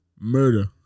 Murder